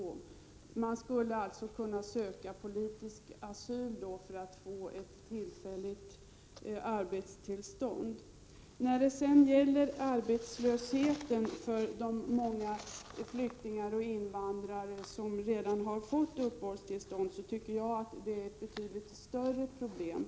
Under sådana förhållanden skulle människor kunna söka politisk asyl för att få tillfälligt arbetstillstånd. Jag tycker att arbetslösheten för de många flyktingar och invandrare som redan har fått uppehållstillstånd är ett betydligt större problem.